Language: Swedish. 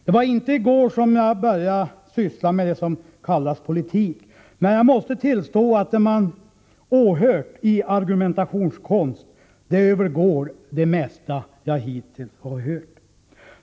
Det var inte i går som jag började syssla med det som kallas politik, men jag måste tillstå att det jag i dag åhört som argumentationskonst överträffar det mesta jag hittills har hört.